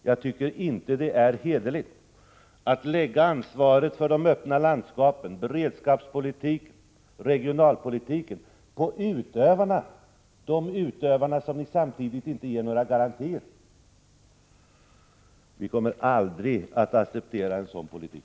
Jag tycker inte det är hederligt att lägga ansvaret för det öppna landskapet, beredskapspolitiken, regional politiken på utövarna — de utövare som ni samtidigt inte ger några garantier. Vi kommer aldrig att acceptera en sådan politik.